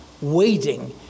waiting